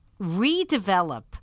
redevelop